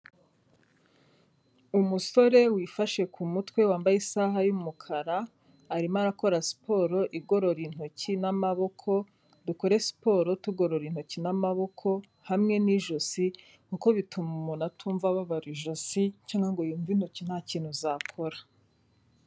Umusore wifashe ku mutwe wambaye isaha y'umukara, arimo arakora siporo igorora intoki n'amaboko, dukore siporo tugorora intoki n'amaboko hamwe n'ijosi kuko bituma umuntu atumva ababara ijosi cyangwa ngo yumve intoki ntakintu zakora.